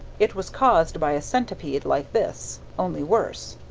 it was caused by a centipede like this only worse.